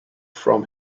from